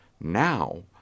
now